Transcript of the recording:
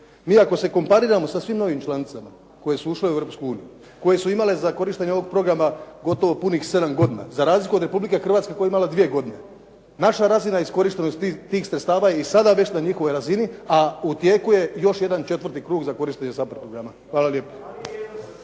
Mi ako se kompariramo sa svim novim članicama koje su ušle u Europsku uniju, koje su imale za korištenje ovog programa gotovo punih sedam godina za razliku od Republike Hrvatske koja je imala dvije godine. Naša razina iskorištenosti tih sredstava je i sada već na njihovoj razini a u tijeku je još jedan četvrti krug za korištenje SAPARD programa. Hvala lijepa.